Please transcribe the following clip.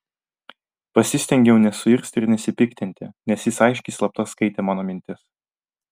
pasistengiau nesuirzti ir nesipiktinti nes jis aiškiai slapta skaitė mano mintis